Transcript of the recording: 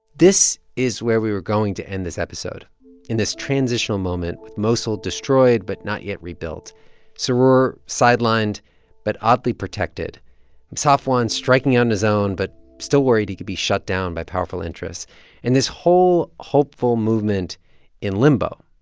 this is where we were going to end this episode in this transitional moment with mosul destroyed but not yet rebuilt saror sidelined but oddly protected, and safwan striking out on his own but still worried he could be shut down by powerful interests and this whole hopeful movement in limbo.